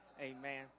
Amen